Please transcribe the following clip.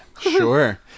Sure